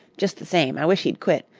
jest the same, i wish he'd quit,